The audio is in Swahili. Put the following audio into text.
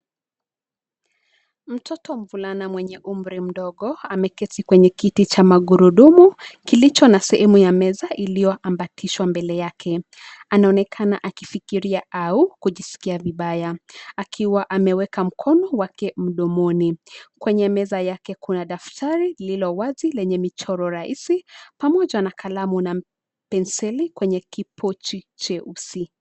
Mtoto mvulana mwenye umri mdogo ameketi kwenye kiti cha magurudumu kilicho na sehemu ya meza iliyoambatishwa mbele yake. Anaonekana akifikiria au kujisikia vibaya; akiwa ameweka mkono wake mdomoni. Kwenye meza yake, kuna daftari lililowazi lenye michoro rahisi pamoja na kalamu na penseli kwenye kipochi cheusi.